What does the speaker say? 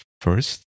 first